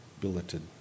billeted